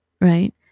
right